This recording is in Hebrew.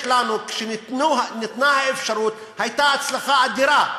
כשניתנה האפשרות, הייתה הצלחה אדירה.